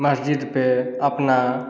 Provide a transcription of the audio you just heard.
मस्जिद पर अपना